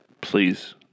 please